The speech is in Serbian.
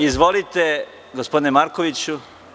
Izvolite, gospodine Markoviću.